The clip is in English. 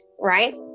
Right